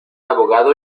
abogado